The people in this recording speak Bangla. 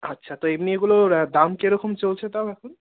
আচ্ছা তো এমনি এগুলোর দাম কিরকম চলছে তাও এখন